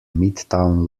midtown